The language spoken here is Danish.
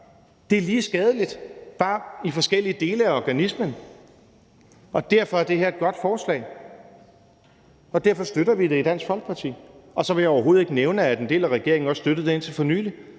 Det er lige skadeligt, bare for forskellige dele af organismen, og derfor er det her et godt forslag, og derfor støtter vi det i Dansk Folkeparti. Så vil jeg overhovedet ikke nævne, at en del af regeringen også støttede det indtil for nylig.